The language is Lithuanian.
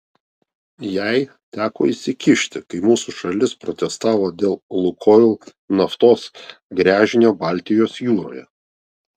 jai teko įsikišti kai mūsų šalis protestavo dėl lukoil naftos gręžinio baltijos jūroje